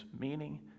meaning